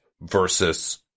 versus